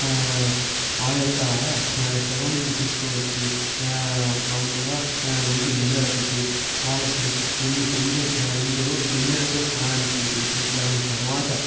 ఆ యొక్క శవమును తీసుకువచ్చి మామూలుగా ఇంటి ముందర పెట్టి వాళ్ళకి రెండు బిన్ రెండు బిందెలతో స్నానము చేపించి దాని తర్వాత